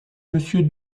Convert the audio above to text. monsieur